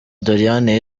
doriane